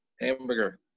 Hamburger